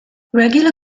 regular